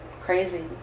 crazy